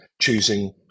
choosing